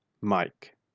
Mike